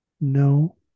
No